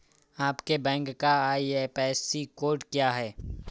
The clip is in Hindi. आपके बैंक का आई.एफ.एस.सी कोड क्या है?